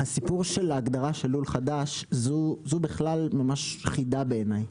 ההגדרה של לול חדש זו ממש חידה בעיניי,